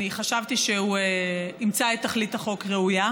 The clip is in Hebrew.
אני חשבתי שהוא ימצא את תכלית החוק ראויה,